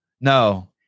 No